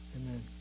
amen